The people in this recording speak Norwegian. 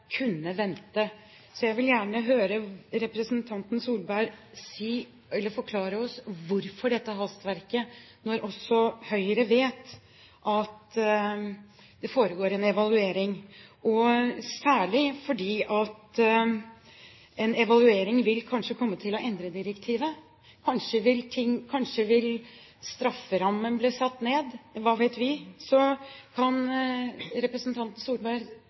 kunne vente. Jeg vil gjerne høre representanten Solberg forklare oss: Hvorfor dette hastverket, når også Høyre vet at det foregår en evaluering, og særlig fordi en evaluering kanskje vil komme til å endre direktivet? Kanskje vil strafferammen bli satt ned? Hva vet vi? Så kan representanten Solberg